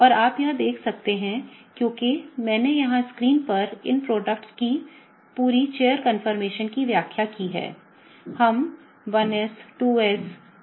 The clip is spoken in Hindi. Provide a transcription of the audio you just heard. और आप यह देख सकते हैं क्योंकि मैंने यहां स्क्रीन पर इन उत्पादों की पूरी chair conformations की व्याख्या की है